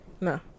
no